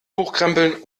hochkrempeln